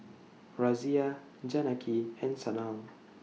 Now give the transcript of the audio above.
Razia Janaki and Sanal